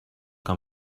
que